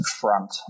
front